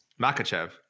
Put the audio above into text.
Makachev